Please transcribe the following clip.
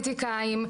פוליטיקאים,